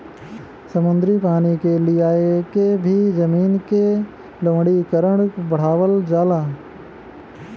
समुद्री पानी के लियाके भी जमीन क लवणीकरण बढ़ावल जाला